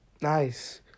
nice